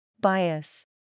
Bias